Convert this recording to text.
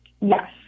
Yes